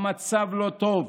המצב לא טוב,